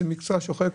זה מקצוע שוחק.